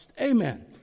Amen